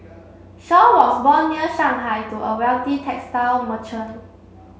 Shaw was born near Shanghai to a wealthy textile merchant